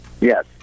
Yes